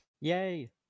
Yay